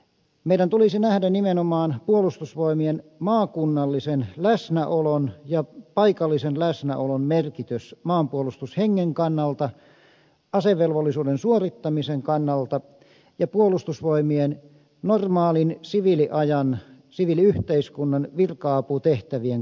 meidän tulisi nähdä nimenomaan puolustusvoimien maakunnallisen läsnäolon ja paikallisen läsnäolon merkitys maanpuolustushengen kannalta asevelvollisuuden suorittamisen kannalta ja puolustusvoimien normaalin siviiliajan siviiliyhteiskunnan virka aputehtävien kannalta